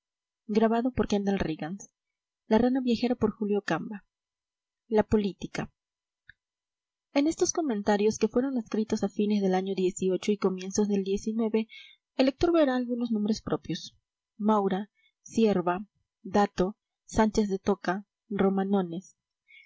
la política en estos comentarios que fueron escritos a fines del año y comienzos del el lector verá algunos nombres propios maura cierva dato sánchez de toca romanones